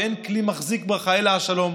ואין כלי מחזיק ברכה אלא השלום.